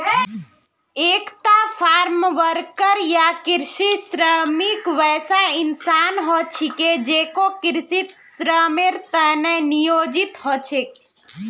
एकता farmworker या कृषि श्रमिक वैसा इंसान ह छेक जेको कृषित श्रमेर त न नियोजित ह छेक